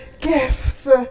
gifts